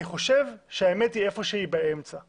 אני ממש לא אוהבת את ההפרדות האלה כי לאדם אין עם מי לדבר.